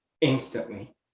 instantly